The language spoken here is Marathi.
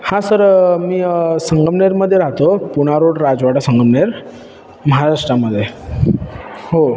हा सर मी संगमनेरमध्ये राहतो पुणे रोड राजवाडा संगमनेर महाराष्ट्रामध्ये हो